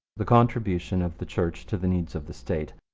the contribution of the church to the needs of the state,